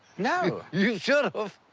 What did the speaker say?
no. you should have,